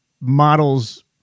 models